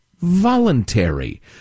voluntary